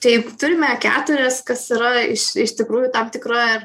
taip turime keturias kas yra iš iš tikrųjų tam tikra